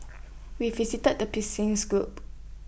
we visited the Persians group